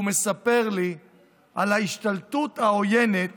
והוא מספר לי על ההשתלטות העוינת